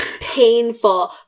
painful